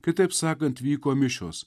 kitaip sakant vyko mišios